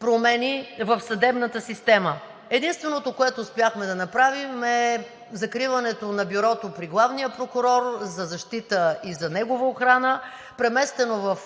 промени в съдебната система. Единственото, което успяхме да направим, е закриването на Бюрото при главния прокурор за защита и за негова охрана, преместено в